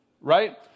Right